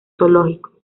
zoológico